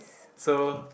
so